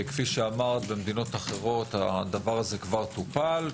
כפי שאמרת, במדינות אחרות הדבר הזה כבר טופל.